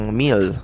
meal